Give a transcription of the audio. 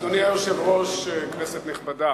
אדוני היושב-ראש, כנסת נכבדה,